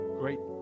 great